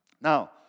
Now